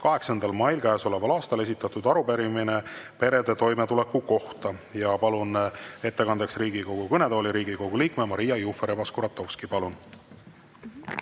8. mail käesoleval aastal esitatud arupärimine perede toimetuleku kohta. Palun ettekandeks Riigikogu kõnetooli Riigikogu liikme Maria Jufereva-Skuratovski. Palun!